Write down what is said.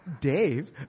Dave